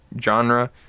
genre